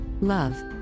love